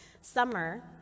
summer